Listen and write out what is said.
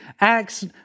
Acts